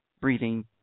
breathing